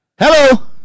Hello